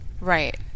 Right